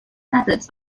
methods